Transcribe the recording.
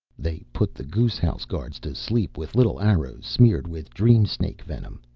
they put the goose house guards to sleep with little arrows smeared with dream-snake venom,